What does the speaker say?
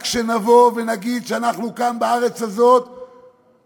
רק כשנבוא ונגיד שאנחנו כאן בארץ הזאת מפני